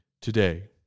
Today